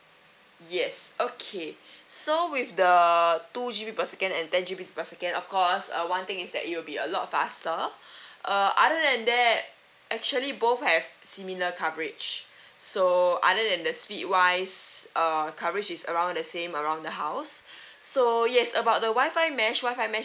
yes okay so with the two G_B per second and ten G_B per second of course err one thing is that it'll be a lot of faster uh other than that actually both have similar coverage so other than the speed wise uh coverage is around the same around the house so yes about the wifi mesh wifi mesh